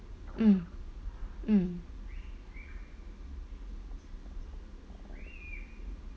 mm mm